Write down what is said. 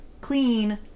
clean